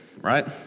right